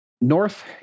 north